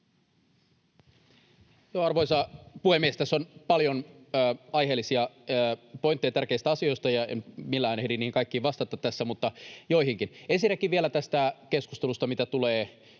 Arvoisa puhemies! Tässä on paljon aiheellisia pointteja tärkeistä asioista, en millään ehdi niihin kaikkiin vastata tässä mutta joihinkin. Ensinnäkin vielä tästä keskustelusta, mitä tulee tärkeään